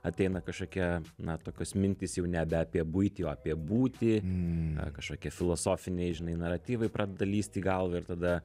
ateina kažkokia na tokios mintys jau nebe apie buitį o apie būtį na kažkokie filosofiniai žinai naratyvai pradeda lįsti į galvą ir tada